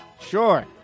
Sure